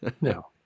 No